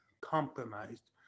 compromised